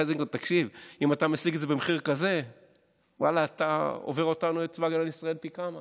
הוא עשה רק טעות אחת: גדי איזנקוט ישב באותו זמן.